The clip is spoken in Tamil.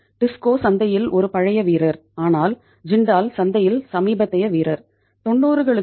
91 ஆகும்